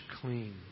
clean